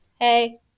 hey